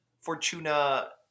Fortuna